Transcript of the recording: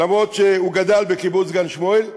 אף שהוא גדל בקיבוץ גן-שמואל,